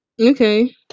Okay